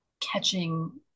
catching